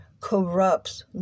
corrupts